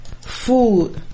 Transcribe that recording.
food